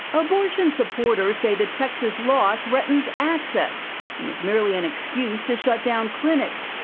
abortion supporters say the texas law threatens access and is merely an excuse to shut down clinics.